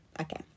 Okay